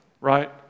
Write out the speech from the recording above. right